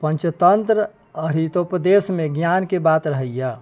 पञ्चतन्त्र आओर हितोपदेशमे ज्ञानके बात रहैए